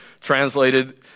translated